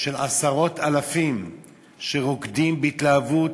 של עשרות אלפים שרוקדים בהתלהבות,